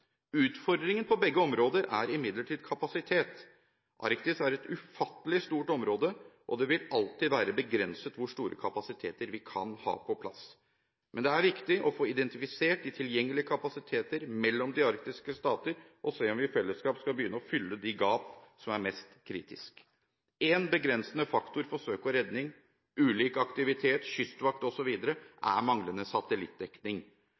Utfordringen på begge områder er imidlertid kapasitet. Arktis er et ufattelig stort område, og det vil alltid være begrenset hvor store kapasiteter vi kan ha på plass. Men det er viktig å få identifisert de tilgjengelige kapasiteter mellom de arktiske stater og se om vi fellesskap skal begynne å fylle de gap som er mest kritiske. En begrensende faktor for søk og redning, ulik aktivitet, kystvakt osv. er manglende satellittdekning.